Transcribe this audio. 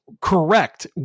correct